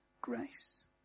grace